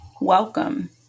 Welcome